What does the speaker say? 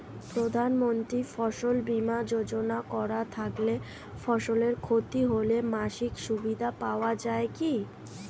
প্রধানমন্ত্রী ফসল বীমা যোজনা করা থাকলে ফসলের ক্ষতি হলে মাসিক সুবিধা পাওয়া য়ায় কি?